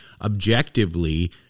objectively